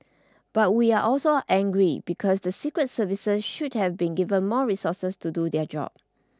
but we are also angry because the secret services should have been give more resources to do their job